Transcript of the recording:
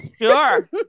Sure